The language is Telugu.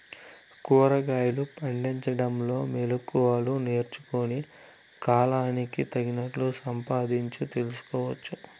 కూరగాయలు పండించడంలో మెళకువలు నేర్చుకుని, కాలానికి తగినట్లు సంపాదించు తెలుసుకోవచ్చు